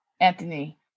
anthony